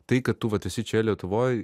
tai kad tu vat esi čia lietuvoj